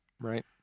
right